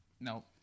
Nope